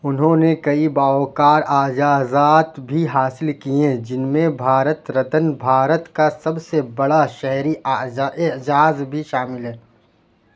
انہوں نے کئی باوقار اعزازات بھی حاصل کیے جن میں بھارت رتن بھارت کا سب سے بڑا شہری اعزاز اعزاز بھی شامل ہے